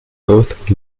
both